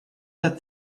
that